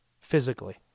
Physically